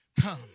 come